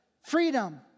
Freedom